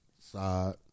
side